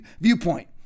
viewpoint